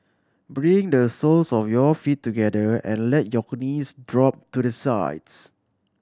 bring the soles of your feet together and let your knees drop to the sides